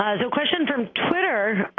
ah so question from twitter,